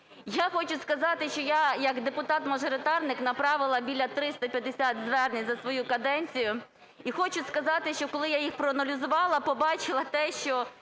Я хочу сказати, що я як депутат-мажоритарник направила біля 350 звернень за свою каденцію, і хочу сказати, що, коли я їх проаналізувала, побачила те, що